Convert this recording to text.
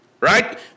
right